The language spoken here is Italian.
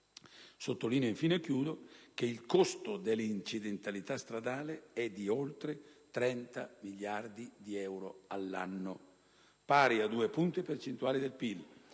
infine, che il costo dell'incidentalità stradale è di oltre 30 miliardi di euro ogni anno, pari a due punti percentuali del PIL.